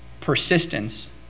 Persistence